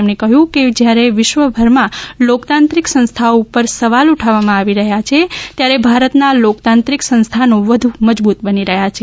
તેમણે કહ્યુ કે જયારે વિશ્વભરમાં લોકતાંત્રિક સંસ્થાઓ ઉપર સવાલ ઉઠાવવામા આવી રહ્યાં છે ત્યારે ભારતના લોકતાંત્રિક સંસ્થાનો વધુ મજબૂત બન્યા છે